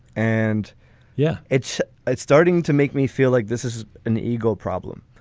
and yeah, it's it's starting to make me feel like this is an ego problem.